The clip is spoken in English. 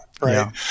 right